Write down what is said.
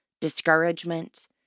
discouragement